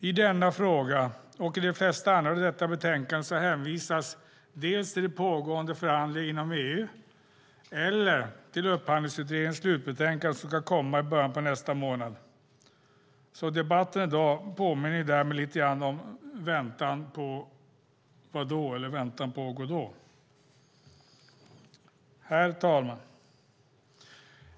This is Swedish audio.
I denna fråga och i de flesta andra i detta betänkande hänvisas det till pågående förhandlingar inom EU eller till Upphandlingsutredningens slutbetänkande, som ska komma i början av nästa månad. Debatten i dag påminner därmed lite grann om väntan på Godot. Herr talman!